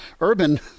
Urban